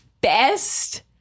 best